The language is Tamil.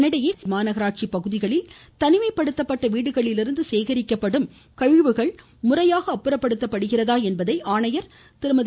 இதனிடையே மாநகராட்சி பகுதிகளில் தனிமைப்படுத்தப்பட்ட வீடுகளிலிருந்து சேகரிக்கப்படும் கழிவுகள் முறையாக அப்புறப்படுத்தப்படுகிறதா என்பதை ஆணையர் திருமதி